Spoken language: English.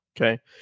Okay